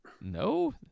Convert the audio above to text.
No